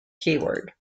keyword